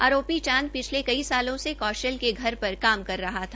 आरोपी चांद पिछले कई सालों से कौशल के घर पर काम कर रहा था